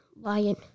lion